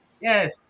Yes